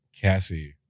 Cassie